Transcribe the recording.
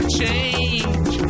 change